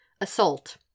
Assault